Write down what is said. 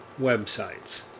websites